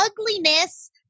ugliness